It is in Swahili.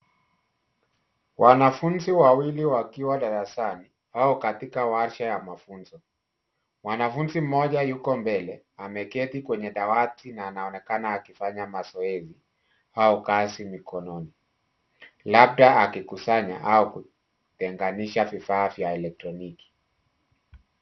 Wanafunzi wawili wakiwa darasani, wako katika warsha ya mafunzo. Mwanafunzi mmoja yuko mbele, ameketi kwenye dawati na anaonekana akifanya mazoezi au kazi mkononi labda akikusanya au kutenganisha vifaa vya elektroniki.